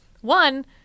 one